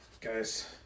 Guys